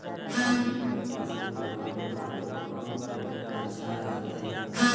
गेहूं के फसल लगावे खातिर कौन ट्रेक्टर अच्छा रहतय?